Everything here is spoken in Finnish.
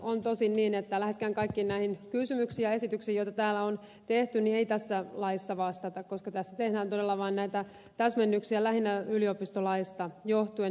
on tosin niin että läheskään kaikkiin näihin kysymyksiin ja esityksiin joita täällä on tehty ei tässä laissa vastata koska tässä tehdään todella vain näitä täsmennyksiä lähinnä yliopistolaista johtuen